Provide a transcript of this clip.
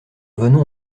venons